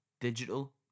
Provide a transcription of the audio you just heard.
Digital